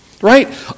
Right